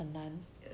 很难